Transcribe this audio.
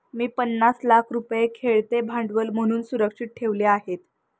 मी पन्नास लाख रुपये खेळते भांडवल म्हणून सुरक्षित ठेवले आहेत